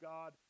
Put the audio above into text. God